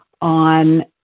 on